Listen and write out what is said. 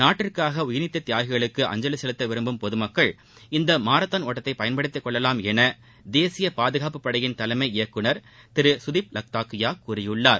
நாட்டிற்காக உயிர்நீத்த தியாகிகளுக்கு அஞ்சலி செலுத்த விரும்பும் பொதுமக்கள் இந்த மாரத்தான் ஓட்டத்தை பயன்படுத்திக்கொள்ளலாம் என தேசிய பாதுகாப்புப்படையின் தலைமை இயக்குநர் திரு சுதீப் லத்தாக்கியா கூறியுள்ளார்